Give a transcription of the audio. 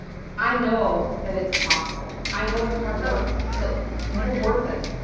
i know that it's possible. i know it's hard work, but you're worth it.